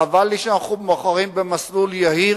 חבל לי שאנחנו בוחרים במסלול יהיר,